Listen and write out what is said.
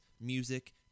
music